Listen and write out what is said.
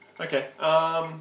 Okay